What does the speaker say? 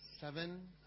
Seven